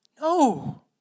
No